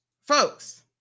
folks